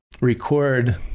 record